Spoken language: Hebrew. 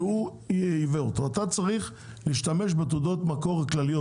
אתה צריך להשתמש בתעודות מקור כלליות